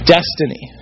Destiny